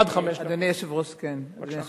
עד חמש דקות.